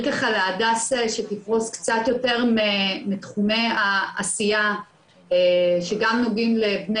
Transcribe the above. להדס שתפרוש קצת יותר מתחומי העשייה שגם נוגעים לבני